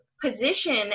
position